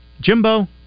Jimbo